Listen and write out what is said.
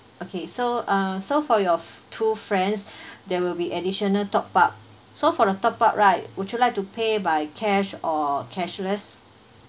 okay so uh so for your two friends there will be additional top up so for the top up right would you like to pay by cash or cashless